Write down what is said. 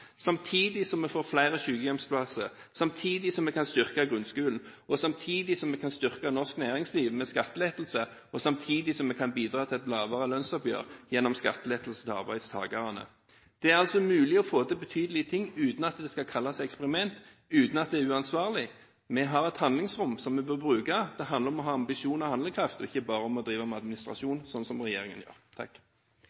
samtidig som vi får flere sykehjemsplasser, samtidig som vi kan styrke grunnskolen, samtidig som vi kan styrke norsk næringsliv med skattelettelser, og samtidig som vi kan bidra til et lavere lønnsoppgjør gjennom skattelettelser til arbeidstakerne. Det er altså mulig å få til betydelige ting uten at det skal kalles eksperiment, og uten at det er uansvarlig. Vi har et handlingsrom som vi bør bruke. Det handler om å ha ambisjoner og handlekraft, ikke bare om å drive med administrasjon,